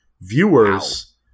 viewers